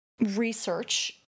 research